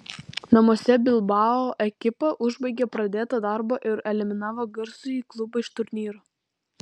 namuose bilbao ekipa užbaigė pradėtą darbą ir eliminavo garsųjį klubą iš turnyro